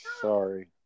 Sorry